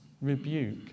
rebuke